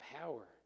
power